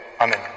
Amen